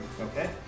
Okay